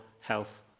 health